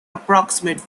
approximate